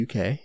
UK